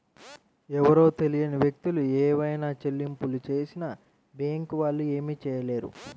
ఎవరో తెలియని వ్యక్తులు ఏవైనా చెల్లింపులు చేసినా బ్యేంకు వాళ్ళు ఏమీ చేయలేరు